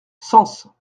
sens